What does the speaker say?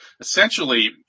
essentially